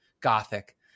Gothic